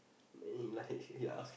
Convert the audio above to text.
then he like ya